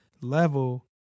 level